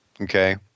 Okay